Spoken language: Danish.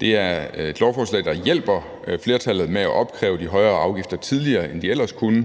Det er et lovforslag, der hjælper flertallet med at opkræve de højere afgifter tidligere, end de ellers kunne,